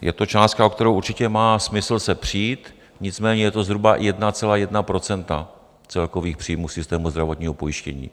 Je to částka, o kterou určitě má smysl se přít, nicméně je to zhruba 1,1 % celkových příjmů systému zdravotního pojištění.